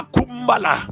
Kumbala